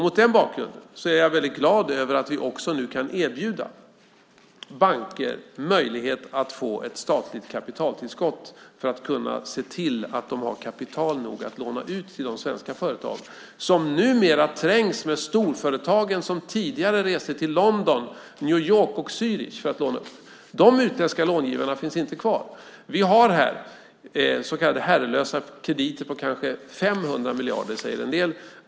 Mot den bakgrunden är jag väldigt glad över att vi nu också kan erbjuda banker möjlighet att få ett statligt kapitaltillskott för att se till att de har kapital nog att låna ut till de svenska företag som numera trängs med storföretagen som tidigare reste till London, New York och Zürich för att låna upp. De utländska långivarna finns inte kvar. Vi har så kallade herrelösa krediter på kanske 500 miljarder, säger en del.